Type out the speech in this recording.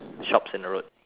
shops in a road